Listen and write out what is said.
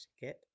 get